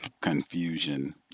confusion